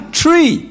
tree